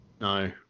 No